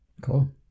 cool